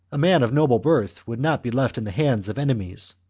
a man of noble birth would not be left in the hands of enemies,